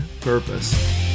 purpose